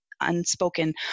unspoken